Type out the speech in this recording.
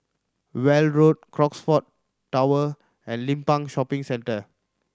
Weld Road Crockfords Tower and Limbang Shopping Centre